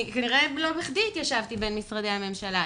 כנראה לא בכדי התיישבתי בין משרדי הממשלה.